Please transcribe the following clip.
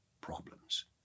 problems